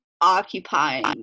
occupying